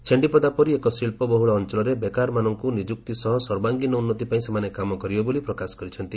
ଛେଣ୍ଣିପଦା ପରି ଏକ ଶି ୍ବବହୁଳ ଅଞଳରେ ବେକାରମାନଙ୍ଙୁ ନିଯୁକ୍ତି ସହ ସର୍ବାଙ୍ଗୀନ ଉନ୍ନତି ପାଇଁ ସେମାନେ କାମ କରିବେ ବୋଲି ପ୍ରକାଶ କରିଛନ୍ତି